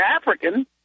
African